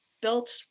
built